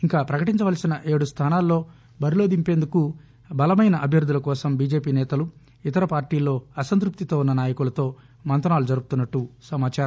ఇంకా పకటించవలసిన ఏడు స్లానాల్లో బరిలో దింపేందకు బలమైన అభ్యర్థులకోసం బీజెపి నేతలు ఇతర పార్టీల్లో అసంత్థప్తితో ఉన్న నాయకులతో మంతనాలు జరుపుతున్నట్లు సమాచారం